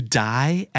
die